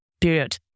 period